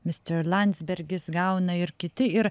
mister landsbergis gauna ir kiti ir